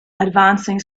advancing